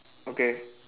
okay